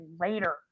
later